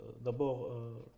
d'abord